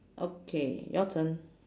okay your turn